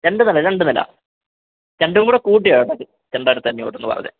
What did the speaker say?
രണ്ട് നില രണ്ട് നില രണ്ടും കൂടെ കൂട്ടിയ കേട്ടോ രണ്ടായിരത്തി അഞ്ഞൂറ് എന്ന് പറഞ്ഞത്